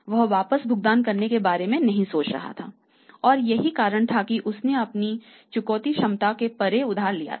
वह वापस भुगतान करने के बारे में नहीं सोच रहा था और यही कारण था कि उसने अपनी चुकौती क्षमता से परे उधार लिया था